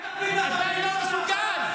אתה לא מסוגל.